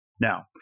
Now